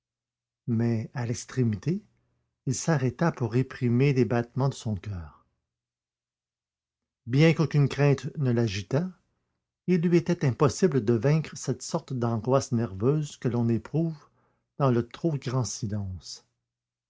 mais à l'extrémité il s'arrêta pour réprimer les battements de son coeur bien qu'aucune crainte ne l'agitât il lui était impossible de vaincre cette sorte d'angoisse nerveuse que l'on éprouve dans le trop grand silence